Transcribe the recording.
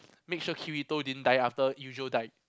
make sure Kirito didn't die after Eugeo died